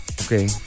Okay